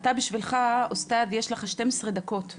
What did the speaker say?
אתה בשבילך, עוסטאד, יש לך 12 דקות וחצי.